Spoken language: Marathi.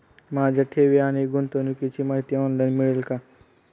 माझ्या ठेवी आणि गुंतवणुकीची माहिती ऑनलाइन मिळेल का?